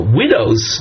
widows